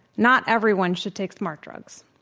not everyone should take smart drugs.